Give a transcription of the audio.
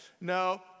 No